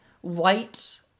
white